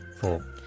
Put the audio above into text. Four